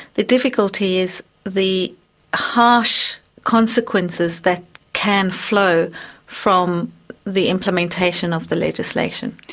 the difficulty is the harsh consequences that can flow from the implementation of the legislation.